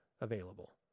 available